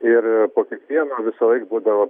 ir po kiekvieno visąlaik būdavo